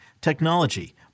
technology